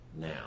now